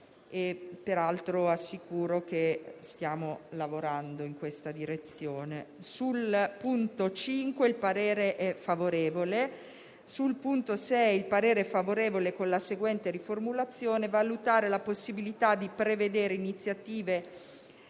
Peraltro assicuro che stiamo lavorando in questa direzione. Sull'impegno n. 5 il parere è favorevole. Sull'impegno n. 6 il parere è favorevole con la seguente riformulazione: «a valutare la possibilità di prevedere iniziative